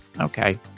okay